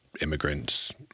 immigrants